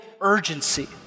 urgency